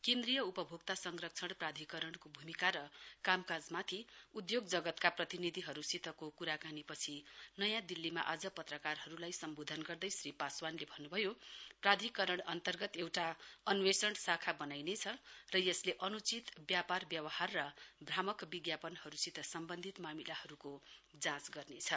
केन्द्रीय उपभोक्ता संरक्षण प्राधिकरणको भूमिका र कामकाजमाथि उधोग जगतका प्रतिनिधिहरूसितको क्राकानीपछि नयाँ दिल्लीमा आज पत्रकारहरूलाई सम्बोधन गर्दै श्री पासवानले भन्न्भयो प्राधिकरण अन्तर्गत एउटा अन्वेषण शाखा बनाइनेछ र यसले अन्चित ब्यवहार र भ्रामक विज्ञापनहरूसित सम्वन्धित मामिलाहरूको जाँच गर्नेछ